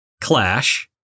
Clash